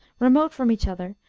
remote from each other,